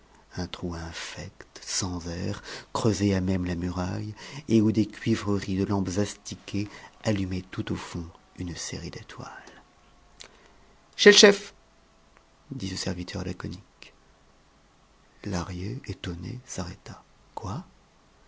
un trou infect sans air creusé à même la muraille et où des cuivreries de lampes astiquées allumaient tout au fond une série d'étoiles chez le chef dit ce serviteur laconique lahrier étonné s'arrêta quoi